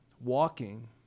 walking